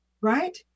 right